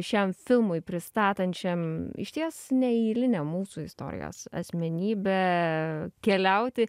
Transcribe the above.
šiam filmui pristatančiam išties neeilinę mūsų istorijos asmenybę keliauti